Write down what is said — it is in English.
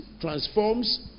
transforms